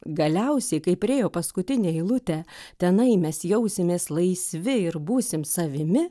galiausiai kai priėjo paskutinę eilutę tenai mes jausimės laisvi ir būsim savimi